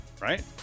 Right